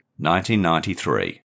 1993